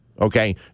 okay